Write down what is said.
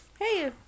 Hey